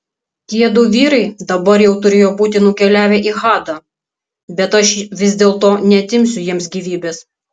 tiedu vyrai dabar jau turėjo būti nukeliavę į hadą bet aš vis dėlto neatimsiu jiems gyvybės